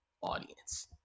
audience